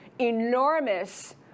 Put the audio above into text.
enormous